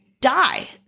die